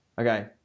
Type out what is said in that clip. Okay